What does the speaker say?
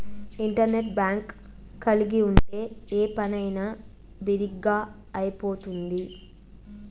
internet bank కలిగి ఉంటే ఏ పనైనా బిరిగ్గా అయిపోతుంది